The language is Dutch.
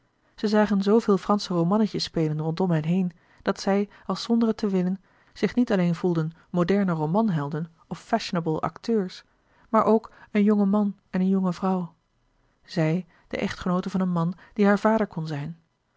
zij zagen zooveel fransche romannetjes spelen rondom hen heen dat zij als zonder het te willen zich niet alleen voelden moderne romanhelden of fashionabele acteurs maar ook een jonge man en een jonge vrouw zij de echtgenoote van een man die haar vader kon zijn